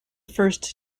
first